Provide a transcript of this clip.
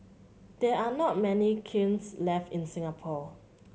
there are not many kilns left in Singapore